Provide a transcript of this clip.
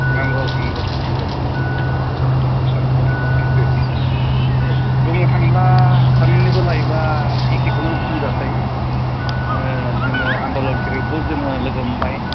नंगौ नंगौ नंगौ नंगौ निथसय नोंनि खोथाया सैथो एखदम बुंनो थांब्ला सानैनिबो लाइफआ एखेखौनो होनजासै जोङो आनदलन पेरियडखौ जोङो लोगो मोनबाय